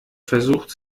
versucht